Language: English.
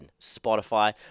spotify